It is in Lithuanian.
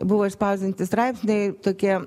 buvo išspausdinti straipsniai tokie